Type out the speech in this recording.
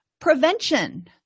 Prevention